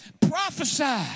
prophesy